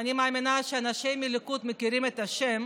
אני מאמינה שאנשי הליכוד מכירים את השם,